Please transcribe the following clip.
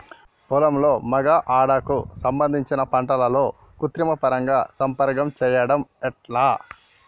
పొలంలో మగ ఆడ కు సంబంధించిన పంటలలో కృత్రిమ పరంగా సంపర్కం చెయ్యడం ఎట్ల?